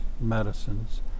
medicines